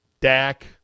Dak